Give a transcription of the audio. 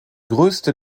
größte